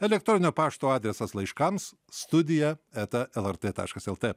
elektroninio pašto adresas laiškams studija eta lrt taškas lt